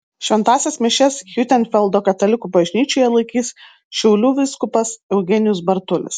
šventąsias mišias hiutenfeldo katalikų bažnyčioje laikys šiaulių vyskupas eugenijus bartulis